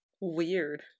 Weird